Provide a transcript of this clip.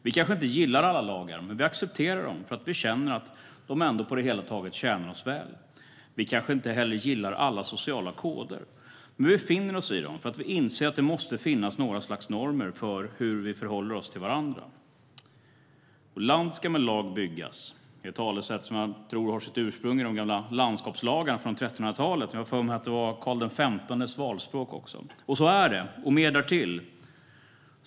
Vi kanske inte gillar alla lagar, men vi accepterar dem för att vi känner att de ändå på det hela taget tjänar oss väl. Vi kanske inte heller gillar alla sociala koder, men vi finner oss i dem för att vi inser att det måste finnas några slags normer för hur vi förhåller oss till varandra. Land ska med lag byggas. Det är ett talesätt som jag tror har sitt ursprung i de gamla landskapslagarna från 1300-talet. Jag har för mig att det också var Karl XV:s valspråk. Så är det, och mer därtill.